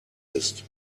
ist